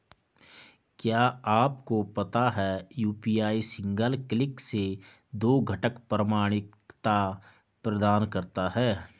क्या आपको पता है यू.पी.आई सिंगल क्लिक से दो घटक प्रमाणिकता प्रदान करता है?